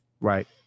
Right